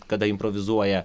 kada improvizuoja